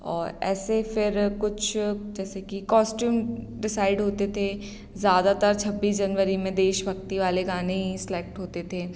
और ऐसे फ़िर कुछ जैसे कि कॉस्ट्यूम डिसाइड होते थे ज़्यादातर छब्बीस जनवरी में देशभक्ति वाले गाने ही सिलेक्ट होते थे